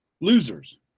losers